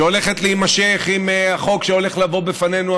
שהולכת להימשך עם החוק שהולך לבוא בפנינו,